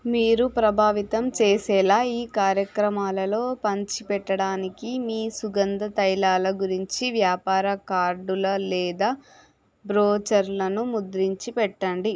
మీరు ప్రభావితం చేసేలా ఈ కార్యక్రమాలలో పంచిపెట్టడానికి మీ సుగంధ తైలాల గురించి వ్యాపార కార్డుల లేదా బ్రోచర్లను ముద్రించి పెట్టండి